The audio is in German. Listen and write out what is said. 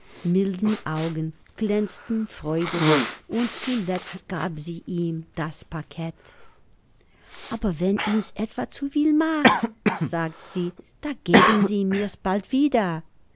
milden augen glänzten freudig und zuletzt gab sie ihm das paket aber wenn's ihn'n etwa zu viel mächt sagte sie da geben sie mir's bald wieder